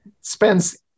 spends